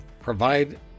provide